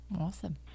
Awesome